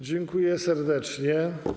Dziękuję serdecznie.